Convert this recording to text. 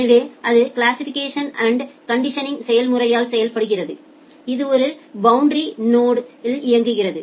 எனவே அது classification and conditioning செயல்முறையால் செய்யப்படுகிறது இது ஒரு பௌண்டரி நோடு இல் இயங்குகிறது